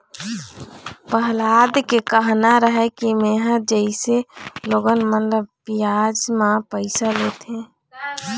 पहलाद के कहना रहय कि मेंहा जइसे लोगन मन ह बियाज म पइसा लेथे,